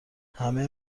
همه